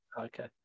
Okay